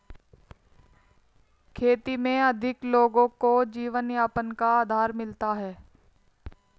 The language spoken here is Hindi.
खेती में अधिक लोगों को जीवनयापन का आधार मिलता है